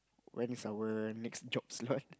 when is our next job slot